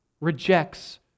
rejects